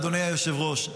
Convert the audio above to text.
אדוני היושב-ראש,